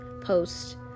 post